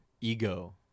ego